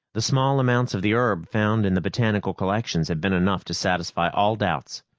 the small amounts of the herb found in the botanical collections had been enough to satisfy all doubts.